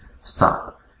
Stop